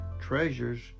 treasures